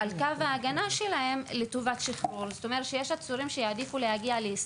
תום ההליכים ואני אפתח בנתון שבישראל יש בין 11%